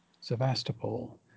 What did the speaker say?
Sevastopol